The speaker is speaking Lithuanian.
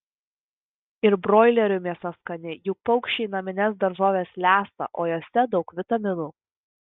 ir broilerių mėsa skani juk paukščiai namines daržoves lesa o jose daug vitaminų